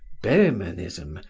behmenism,